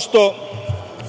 što